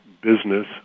business